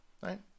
right